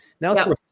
Now